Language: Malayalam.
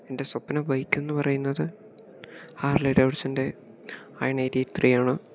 എൻ്റെ സ്വപന ബൈക്കെന്നു പറയുന്നത് ഹാർലി ഡേവിഡ്സൻ്റെ അയൺ എയിറ്റ് എയ്റ്റി ത്രീയാണ്